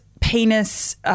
penis